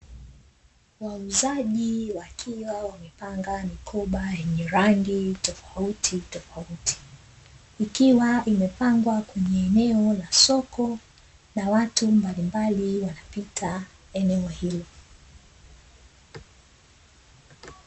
Wauzaji wakiwa wamepanga mikoba yenye rangi tofautitofauti, ikiwa imepangwa kwenye eneo la soko na watu mbalimbali wakiwa wanapita eneo hilo.